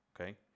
okay